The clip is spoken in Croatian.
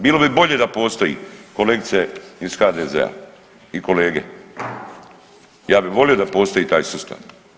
Bilo bi bolje da postoji kolegice iz HDZ-a i kolege, ja bi volio da postoji taj sustav.